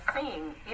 seeing